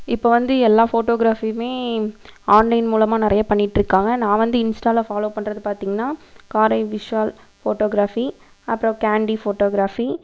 இப்போ வந்து எல்லா ஃபோட்டோகிராஃபியுமே ஆன்லைன் மூலமா நிறையா பண்ணிட்யிருக்காங்க நான் வந்து இன்ஸ்ட்டாவில ஃபாலோ பண்ணுறது பார்த்தீங்ன்னா காரை விஷால் ஃபோட்டோகிராஃபி அப்புறம் கேண்டி ஃபோட்டோகிராஃபி